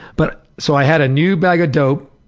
but so i had a new bag of dope,